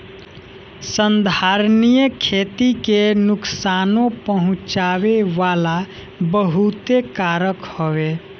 संधारनीय खेती के नुकसानो पहुँचावे वाला बहुते कारक हवे